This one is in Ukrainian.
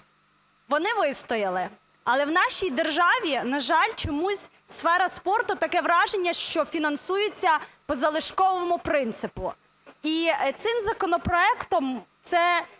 Вони вистояли. Але в нашій державі, на жаль, чомусь сфера спорту, таке враження, що фінансується по залишковому принципу. І цим законопроектом